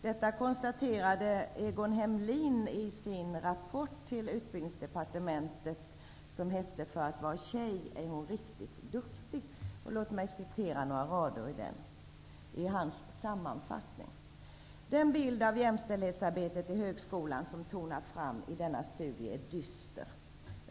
Detta konstaterade Egon Hemlin i sin rapport till Utbildningsdepartementet; den hette För att vara tjej är hon riktigt duktig. Låt mig citera några rader ur hans sammanfattning: Den bild av jämställdhetsarbetet i högskolan som tonar fram i denna studie är dyster.